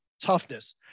toughness